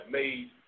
made